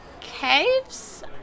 caves